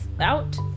out